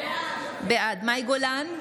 בעד מאי גולן,